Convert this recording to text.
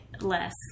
less